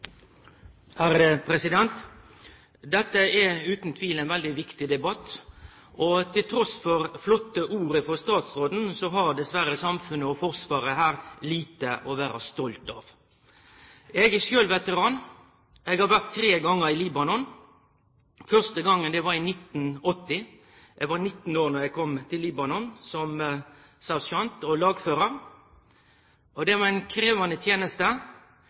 trykk på dette innenfor sitt ansvarsområde. Dette er utan tvil ein veldig viktig debatt. Og trass i flotte ord frå statsråden har dessverre samfunnet og Forsvaret her lite å vere stolte av. Eg er sjølv veteran. Eg har vore tre gonger i Libanon. Første gongen var i 1980. Eg var 19 år då eg kom til Libanon som sersjant og lagførar. Det var ei krevjande teneste, og det var